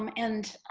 um and,